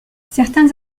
certains